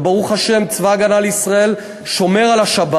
וברוך השם, צבא הגנה לישראל שומר על השבת.